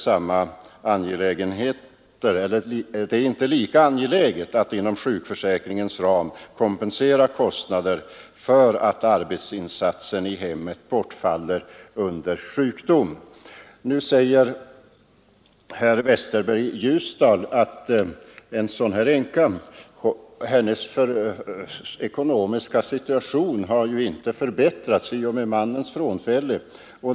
Enligt utskottets mening är det då inte heller lika angeläget att inom sjukförsäkringens ram kompensera kostnaderna för att arbetsinsatsen i hemmet bortfaller under sjukdom. Herr Westberg i Ljusdal säger att kvinnans ekonomiska situation inte har förbättrats i och med mannens frånfälle.